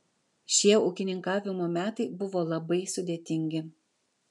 šie ūkininkavimo metai buvo labai sudėtingi